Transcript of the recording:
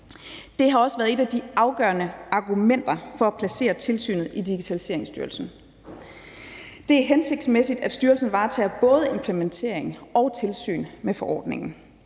Det har også været et af de afgørende argumenter for at placere tilsynet i Digitaliseringsstyrelsen. Det er hensigtsmæssigt, at styrelsen varetager både implementering af og tilsyn med forordningen.